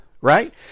right